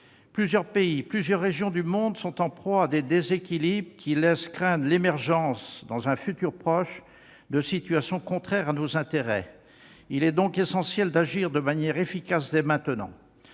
Plusieurs pays, plusieurs régions du monde sont en proie à des déséquilibres qui laissent craindre l'émergence, dans un futur proche, de situations contraires à nos intérêts. Il est donc essentiel d'agir de manière efficace, dès maintenant.